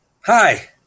Hi